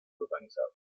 organizado